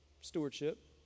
stewardship